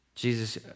Jesus